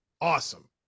Awesome